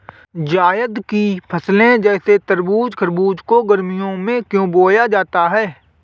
जायद की फसले जैसे तरबूज़ खरबूज को गर्मियों में क्यो बोया जाता है?